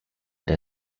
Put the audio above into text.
der